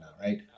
right